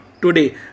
today